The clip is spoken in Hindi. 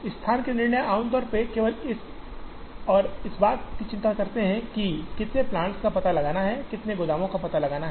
स्थान के निर्णय आमतौर पर केवल इस और इस बात की चिंता करते हैं कि कितने प्लांट्स का पता लगाना है कितने गोदामों का पता लगाना है